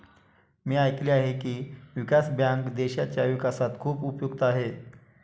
मी ऐकले आहे की, विकास बँक देशाच्या विकासात खूप उपयुक्त आहे